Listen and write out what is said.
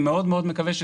אני מקווה מאוד שתוך